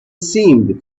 seemed